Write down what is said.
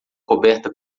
coberta